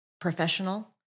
professional